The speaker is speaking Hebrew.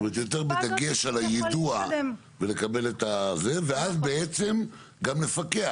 זאת אומרת יותר בדגש על היידוע ואז בעצם גם לפקח,